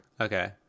okay